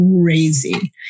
crazy